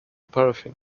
paraffin